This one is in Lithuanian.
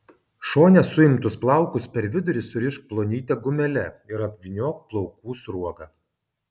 šone suimtus plaukus per vidurį surišk plonyte gumele ir apvyniok plaukų sruoga